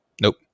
Nope